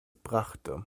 brachte